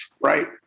Right